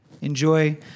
Enjoy